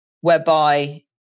whereby